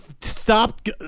stop